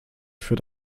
für